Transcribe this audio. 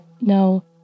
no